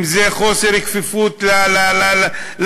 אם זה חוסר כפיפות לשלטון,